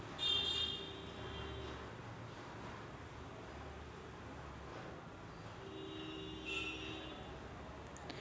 पीक विविधतेच्या नुकसानामुळे जागतिक अन्न सुरक्षा धोक्यात आली आहे